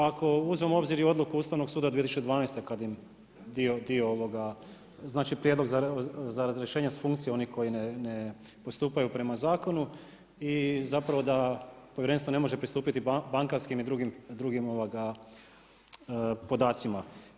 Ako uzmemo u obzir i odluku Ustavnog suda 2012. kad im dio, znači prijedlog za razrješenje s funkcije onih kojih ne postupaju rema zakonu i zapravo da povjerenstvo ne može pristupiti bankarskom i drugim podacima.